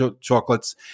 chocolates